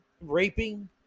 raping